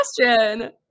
question